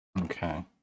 okay